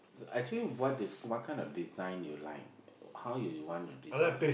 actually what is what kind of design you like how you wanna design